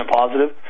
positive